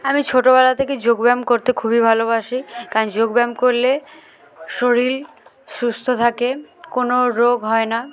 আমি ছোটবেলা থেকে যোগ ব্যায়াম করতে খুবই ভালোবাসি কারণ যোগ ব্যায়াম করলে শরীর সুস্থ থাকে কোনো রোগ হয় না